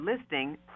listing